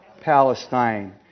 Palestine